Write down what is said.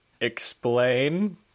explain